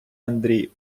андрій